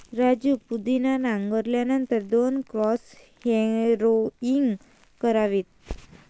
राजू पुदिना नांगरल्यानंतर दोन क्रॉस हॅरोइंग करावेत